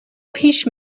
پیش